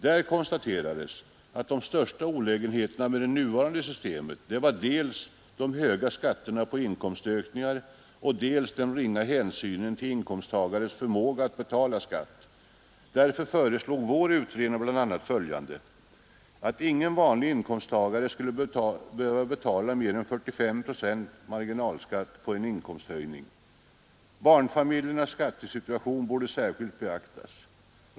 Där konstaterades att de största olägenheterna med det nuvarande systemet var dels de höga skatterna på inkomstökningar, dels den ringa hänsynen till inkomsttagares förmåga att betala skatt. Därför föreslog vår utredning bl.a. följande: Ingen vanlig inkomsttagare skulle behöva betala mer än 45 procents marginalskatt på en inkomsthöjning. Barnfamiljernas skattesituation borde särskilt beaktas.